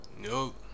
Nope